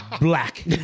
black